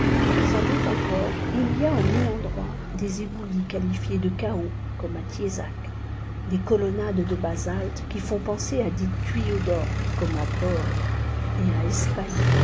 sans doute encore il y a en mille endroits des éboulis qualifiés de chaos comme à thiézac des colonnades de basalte qui font penser à des tuyaux d'orgue comme à bord et à